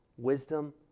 Wisdom